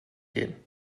gehen